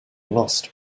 lost